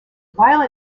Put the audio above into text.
while